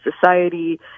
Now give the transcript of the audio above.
society